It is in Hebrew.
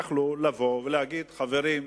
יכלו לבוא ולהגיד: חברים,